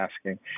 asking